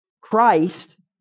Christ